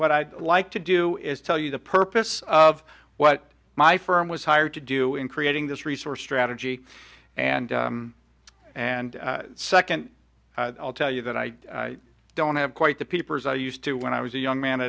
what i'd like to do is tell you the purpose of what my firm was hired to do in creating this resource strategy and and second i'll tell you that i don't have quite the peepers i used to when i was a young man